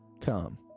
come